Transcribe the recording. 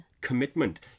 commitment